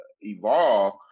evolve